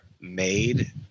made